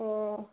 অঁ